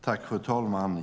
Fru talman!